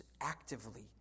actively